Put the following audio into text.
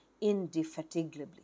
indefatigably